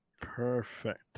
perfect